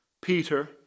Peter